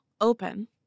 open